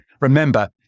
remember